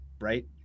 right